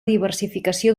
diversificació